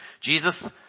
Jesus